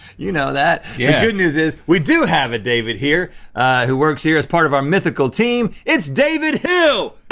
you know that. the yeah good news is we do have a david here who works here as part of our mythical team. it's david hill!